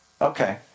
Okay